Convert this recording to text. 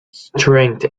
strength